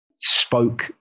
spoke